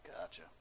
Gotcha